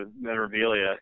memorabilia